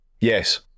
Yes